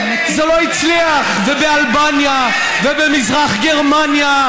אוי, זה לא הצליח, ובאלבניה, ובמזרח גרמניה,